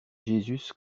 jesus